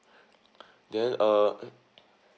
there uh mm